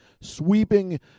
sweeping